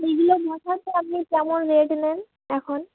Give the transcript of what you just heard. এগুলো বসাতে আপনি কেমন রেট নেন এখন